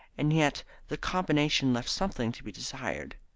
and yet the combination left something to be desired.